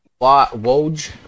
Woj